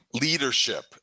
leadership